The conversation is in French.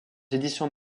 éditions